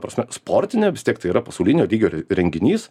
prasme sportinė vis tiek tai yra pasaulinio lygio re renginys